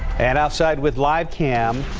and outside with live cam.